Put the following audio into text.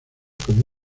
como